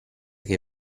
che